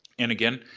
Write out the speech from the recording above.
and again,